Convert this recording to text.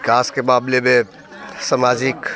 विकास के मामले में समाजिक